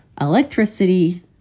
electricity